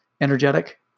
energetic